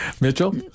Mitchell